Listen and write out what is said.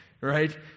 Right